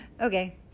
Okay